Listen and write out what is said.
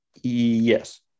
Yes